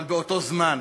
אבל באותו זמן,